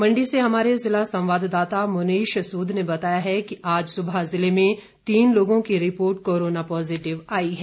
मंडी से हमारे जिला संवाददाता मुनीष सूद ने बताया है कि आज सुबह जिले में तीन लोगों की रिपोर्ट कोरोना पॉजिटिव आई है